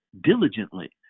diligently